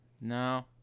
No